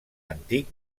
antic